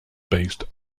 based